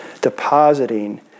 depositing